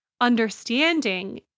understanding